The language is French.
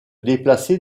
déplacer